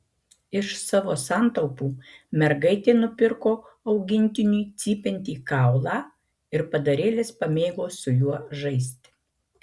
iš savo santaupų mergaitė nupirko augintiniui cypiantį kaulą ir padarėlis pamėgo su juo žaisti